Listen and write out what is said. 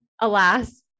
alas